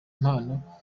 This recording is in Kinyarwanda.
impano